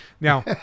Now